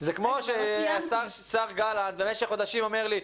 זה כמו שהשר גלנט במשך חודשים אומר לי: